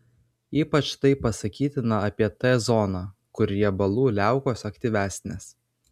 ypač tai pasakytina apie t zoną kur riebalų liaukos aktyvesnės